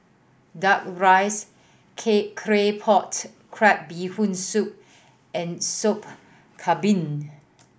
Duck Rice Claypot Crab Bee Hoon Soup and Sop Kambing